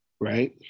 right